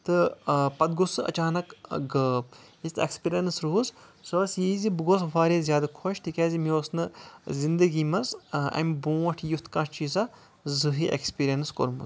تہٕ پَتہٕ گوٚو سُہ اَچانَک غٲب یِژھ ایٚکسپِریٚنَس روٗز سۄ ٲسۍ یہِ زِ بہٕ گوٚوُس واریاہ زیادٕ خۄش تِکیٚازِ مےٚ اوس نہٕ زنٛدگی منٛز اَمہِ برونٛٹھ یُتھ کانٛہہ چیٖزا زٕہنۍ ایٚکسپَریٚنَس کورمُت